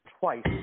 twice